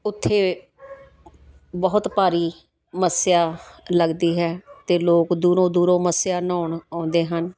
ਉੱਥੇ ਬਹੁਤ ਭਾਰੀ ਮੱਸਿਆ ਲੱਗਦੀ ਹੈ ਅਤੇ ਲੋਕ ਦੂਰੋਂ ਦੂਰੋਂ ਮੱਸਿਆ ਨਹਾਉਣ ਆਉਂਦੇ ਹਨ